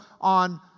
on